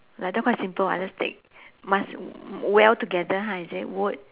like that quite simple [what] just take must weld together ha is it wood